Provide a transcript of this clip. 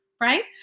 right